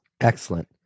Excellent